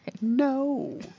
No